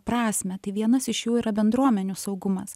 prasmę tai vienas iš jų yra bendruomenių saugumas